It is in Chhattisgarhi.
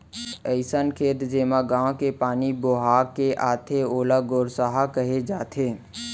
अइसन खेत जेमा गॉंव के पानी बोहा के आथे ओला गोरसहा कहे जाथे